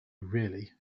really